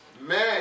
man